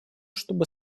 чтобы